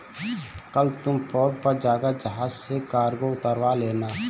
कल तुम पोर्ट पर जाकर जहाज से कार्गो उतरवा लेना